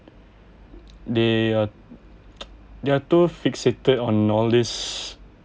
they're they are too fixated on all this